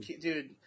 dude